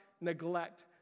neglect